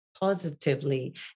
positively